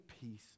peace